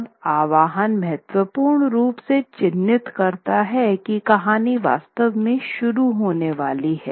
तब आह्वान महत्वपूर्ण रूप से चिह्नित करता है की कहानी वास्तव में शुरू होने वाली है